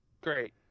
Great